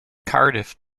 cardiff